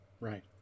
right